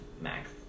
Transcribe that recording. Max